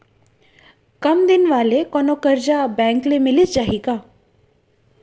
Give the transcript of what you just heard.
कम दिन वाले कोनो करजा बैंक ले मिलिस जाही का?